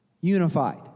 unified